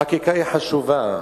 החקיקה היא חשובה,